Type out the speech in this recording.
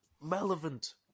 relevant